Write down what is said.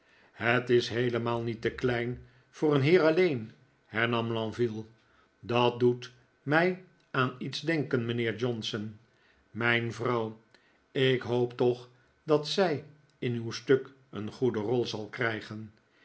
het is heelemaal niet te klein voor een heer alleen hernam lenville dat doet mij aan iets denken mijnheer johnson mijn vrouw ik hoop toch dat zij in uw stuk een goede rol zal krijgen